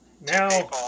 now